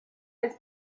has